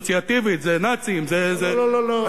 אסוציאטיבית זה נאצים וזה, לא, לא, לא, לא.